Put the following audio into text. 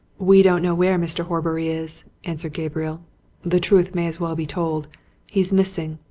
we don't know where mr. horbury is, answered gabriel the truth may as well be told he's missing.